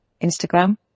Instagram